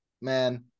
man